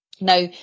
Now